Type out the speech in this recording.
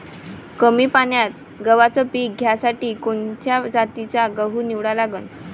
कमी पान्यात गव्हाचं पीक घ्यासाठी कोनच्या जातीचा गहू निवडा लागन?